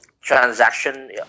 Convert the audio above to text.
transaction